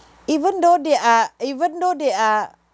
even though they are even though they are